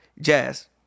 Jazz